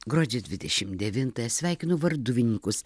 gruodžio dvidešimt devintąją sveikinu varduvininkus